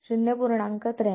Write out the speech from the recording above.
83 V 2